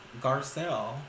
Garcelle